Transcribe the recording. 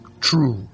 true